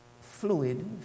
fluid